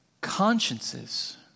consciences